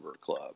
club